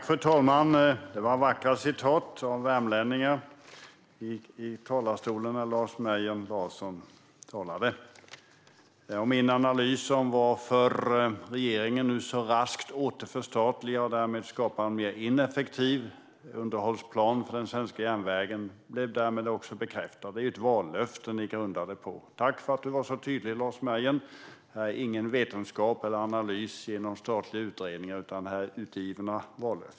Fru talman! Det var vackra citat av värmlänningar från Lars Mejern Larsson i talarstolen. Min analys av varför regeringen nu så raskt återförstatligar och därmed skapar en mer ineffektiv underhållsplan för den svenska järnvägen är därmed bekräftad. Det grundar sig på ett vallöfte. Tack för att du var så tydlig, Lars Mejern! Detta är ingen vetenskap eller analys i någon statlig utredning, utan det är utställda vallöften.